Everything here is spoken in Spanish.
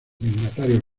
dignatarios